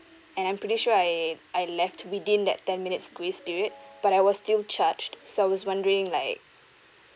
and I'm pretty sure I I left within that ten minutes grace period but I was still charged so I was wondering like